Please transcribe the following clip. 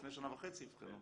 לפני שנה וחצי אבחנו.